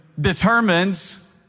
determines